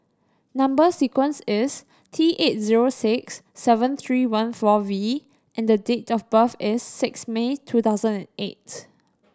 number sequence is T eight zero six seven three one four V and the date of birth is six May two thousand and eight